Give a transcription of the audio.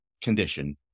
condition